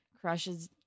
crushes